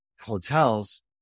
hotels